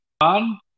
on